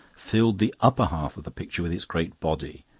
filled the upper half of the picture with its great body.